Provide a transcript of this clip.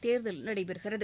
தேர்தல் நடைபெறுகிறது